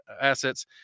assets